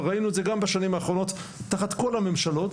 וראינו את זה גם בשנים האחרונות תחת כל הממשלות,